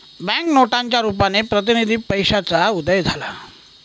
bank नोटांच्या रुपाने प्रतिनिधी पैशाचा उदय झाला